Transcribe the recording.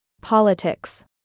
politics